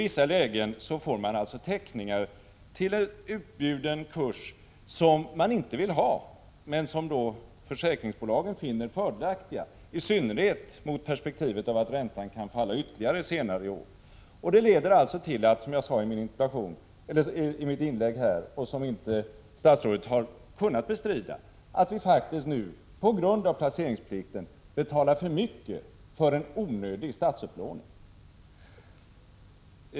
I vissa lägen får man alltså teckningar som man inte vill ha till villkor som försäkringsbolagen finner fördelaktiga, i synnerhet i perspektivet av att räntan kan falla ytterligare senare i år. Det leder till, som jag sade i mitt förra inlägg och som statsrådet inte har kunnat bestrida, att vi faktiskt nu på grund av placeringsplikten betalar för mycket för en onödig statsupplåning.